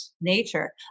nature